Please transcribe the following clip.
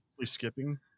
skipping